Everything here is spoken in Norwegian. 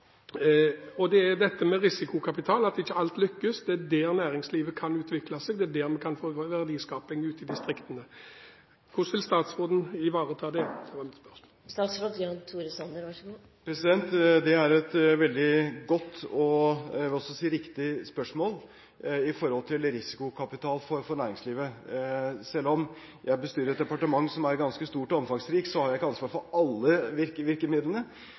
Det er når det gjelder risikokapital, at ikke alt lykkes. Det er der næringslivet kan utvikle seg, det er der vi kan få verdiskaping ute i distriktene. Hvordan vil statsråden ivareta dette? Det er et veldig godt og jeg vil også si riktig spørsmål om risikokapital for næringslivet. Selv om jeg bestyrer et departement som er ganske stort og omfangsrikt, har jeg ikke ansvar for alle virkemidlene.